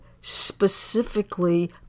specifically